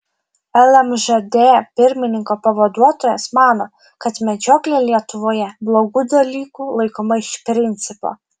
lmžd pirmininko pavaduotojas mano kad medžioklė lietuvoje blogu dalyku laikoma iš principo